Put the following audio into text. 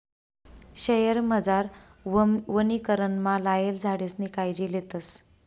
शयेरमझार वनीकरणमा लायेल झाडेसनी कायजी लेतस